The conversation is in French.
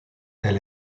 elle